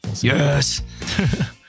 yes